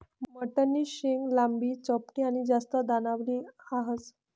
मठनी शेंग लांबी, चपटी आनी जास्त दानावाली ह्रास